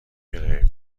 کرایه